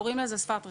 קוראים לזה שפתח רחוב,